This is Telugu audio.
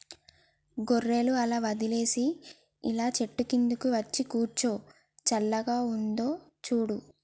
గొర్రెలు అలా వదిలేసి ఇలా చెట్టు కిందకు వచ్చి కూర్చో చల్లగా ఉందో చూడు